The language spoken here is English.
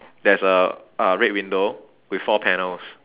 there's a a red window with four panels